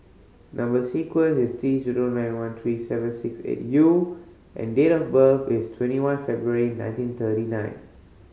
number sequence is T zero nine one three seven six eight U and date of birth is twenty one February nineteen thirty nine